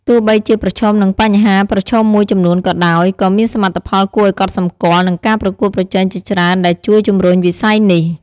ទោះបីជាប្រឈមនឹងបញ្ហាប្រឈមមួយចំនួនក៏ដោយ ក៏មានសមិទ្ធផលគួរឱ្យកត់សម្គាល់ និងការប្រកួតប្រជែងជាច្រើនដែលជួយជំរុញវិស័យនេះ។